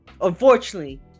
unfortunately